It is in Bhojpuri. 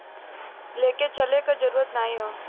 लेके चले क जरूरत नाहीं हौ